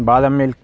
బాదాం milk